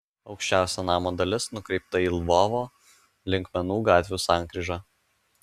aukščiausia namo dalis nukreipta į lvovo linkmenų gatvių sankryžą